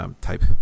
Type